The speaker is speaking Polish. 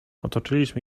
otoczyliśmy